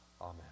amen